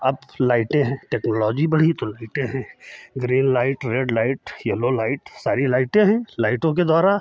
अब लाइटें हैं टेक्नोलॉजी बढ़ी तो लाइटें हैं green light red light yellow light सारी लाइटें हैं इस लाइटों के द्वारा